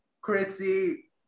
Chrissy